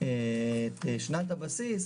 את שנת הבסיס,